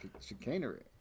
chicanery